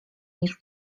niż